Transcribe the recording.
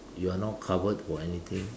you are not covered for anything